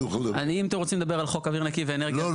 אם אתם רוצים לדבר על חוק אוויר נקי ואנרגיה --- לא,